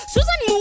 Susan